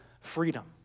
freedom